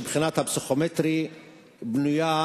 שהבחינה הפסיכומטרית בנויה